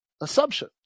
assumption